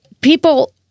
People